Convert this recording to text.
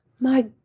My